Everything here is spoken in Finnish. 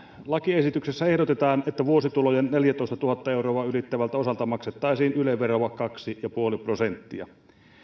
lakiesityksessä ehdotetaan että vuositulojen neljätoistatuhatta euroa ylittävältä osalta maksettaisiin yle veroa kaksi pilkku viisi prosenttia